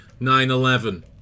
9-11